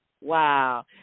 Wow